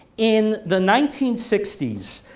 in the nineteen sixty s,